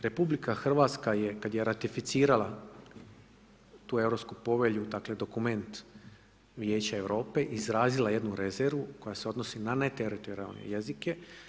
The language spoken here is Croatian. RH je kad je ratificirala tu Europsku povelju, dakle dokument Vijeća Europe, izrazila jednu rezervu koja se odnosi na neteritorijalne jezike.